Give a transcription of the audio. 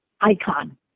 icon